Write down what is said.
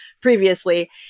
previously